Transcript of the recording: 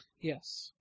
Yes